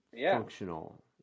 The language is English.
functional